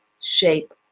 shape